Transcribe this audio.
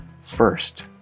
first